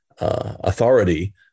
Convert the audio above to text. authority